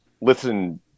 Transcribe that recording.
listen